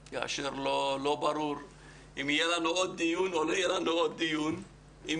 כאשר לא ברור אם יהיה לנו עוד דיון או לא יהיה לנו עוד דיון; אם